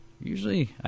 usually